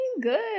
good